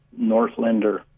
Northlander